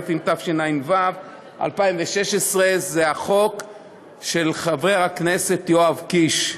התשע"ו 2016. זה החוק של חבר הכנסת יואב קיש,